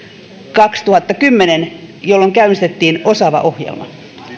kaksituhattakymmenen jolloin käynnistettiin osaava ohjelma